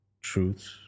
truths